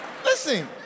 Listen